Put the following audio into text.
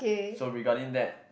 so regarding that